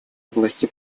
области